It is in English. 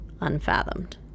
unfathomed